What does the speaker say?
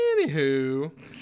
anywho